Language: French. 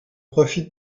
profite